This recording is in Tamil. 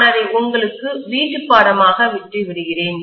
நான் அதை உங்களுக்கு வீட்டுப்பாடமாக விட்டுவிடுகிறேன்